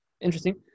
interesting